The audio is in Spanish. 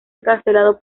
encarcelado